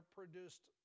produced